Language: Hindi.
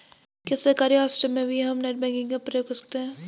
क्या सरकारी हॉस्पिटल में भी हम नेट बैंकिंग का प्रयोग कर सकते हैं?